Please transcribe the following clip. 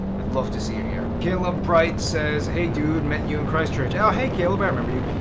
i'd love to see you here. kaleb bright says, hey dude, met you in christchurch. oh hey kaleb! i remember you.